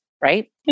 right